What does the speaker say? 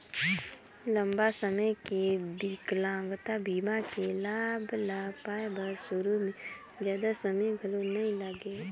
लंबा समे के बिकलांगता बीमा के लाभ ल पाए बर सुरू में जादा समें घलो नइ लागे